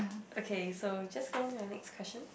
okay so just go on to your next question